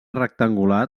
rectangular